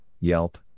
Yelp